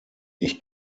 ich